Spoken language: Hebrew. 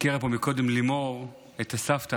הזכירה פה קודם לימור את הסבתא,